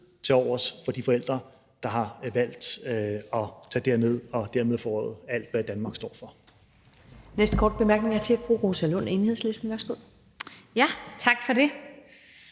tilovers for de forældre, der har valgt at tage derned og dermed forråde alt, hvad Danmark står for.